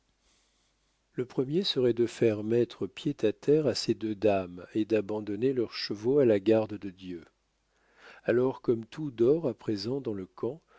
le premier serait de faire mettre pied à terre à ces deux dames et d'abandonner leurs chevaux à la garde de dieu alors comme tout dort à présent dans le camp